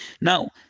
Now